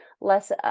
less